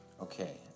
Okay